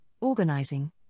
organizing